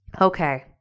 Okay